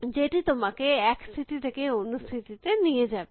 যেটি তোমাকে এক স্থিতি থেকে অন্য স্থিতিতে নিয়ে যাবে